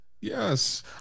Yes